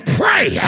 pray